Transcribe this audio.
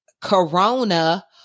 Corona